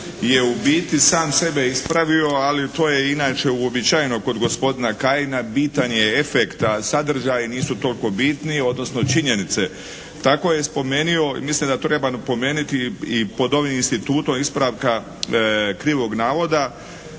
je u biti sam sebe ispravio, ali to je i inače uobičajeno kod gospodina Kajina, bitan je efekt a sadržaji nisu toliko bitni, odnosno činjenice. Tako je spomenuo, mislim da treba napomenuti i pod ovim institut ispravka krivog navoda